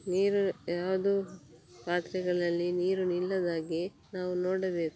ನೀರು ಯಾವುದು ಪಾತ್ರೆಗಳಲ್ಲಿ ನೀರು ನಿಲ್ಲದ್ಹಾಗೆ ನಾವು ನೋಡಬೇಕು